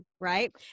right